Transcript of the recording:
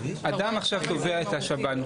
אדם עכשיו תובע את השב"ן,